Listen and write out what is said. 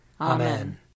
Amen